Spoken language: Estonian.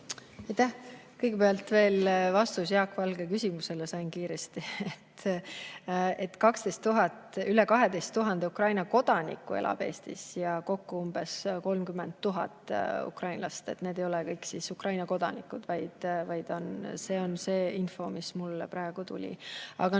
Kõigepealt veel vastus Jaak Valge küsimusele, sain kiiresti [andmed]. Üle 12 000 Ukraina kodaniku elab Eestis ja kokku umbes 30 000 ukrainlast. Nad kõik ei ole Ukraina kodanikud. See on see info, mis mulle praegu tuli. Aga